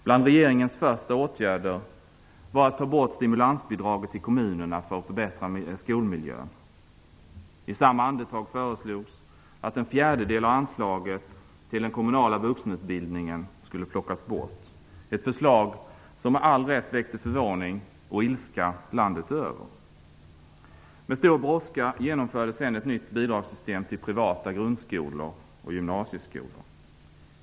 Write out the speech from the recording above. Bland regeringens första åtgärder var att ta bort stimulansbidraget till kommunerna för att förbättra skolmiljön. I samma andetag föreslogs att en fjärdedel av anslaget till den kommunala vuxenutbildningen skulle plockas bort, ett förslag som med all rätt väckte förvåning och ilska landet över. Med stor brådska genomfördes sedan ett nytt bidragssystem för privata grundskolor och gymnasieskolor.